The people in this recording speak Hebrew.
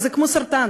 וזה כמו סרטן,